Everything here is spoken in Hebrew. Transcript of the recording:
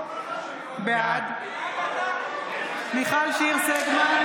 בעד מיכל שיר סגמן,